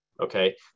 okay